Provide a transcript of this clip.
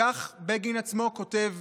כך בגין עצמו כותב